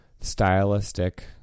stylistic